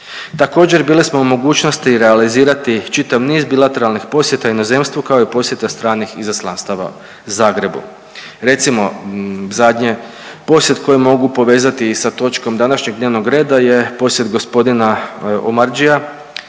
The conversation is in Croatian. Također bili smo u mogućnosti realizirati čitav niz bilateralnih posjeta inozemstvu kao i posjeta stranih izaslanstava Zagrebu. Recimo zadnje posjet koji mogu povezati i sa točkom današnjeg dnevnog reda je posjet gospodina Omardžija,